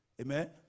Amen